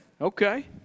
Okay